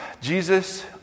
Jesus